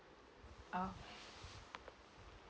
oh